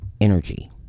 energy